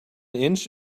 inch